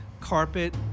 carpet